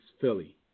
Philly